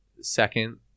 second